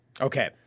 Okay